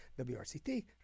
WRCT